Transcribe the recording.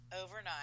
overnight